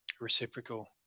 reciprocal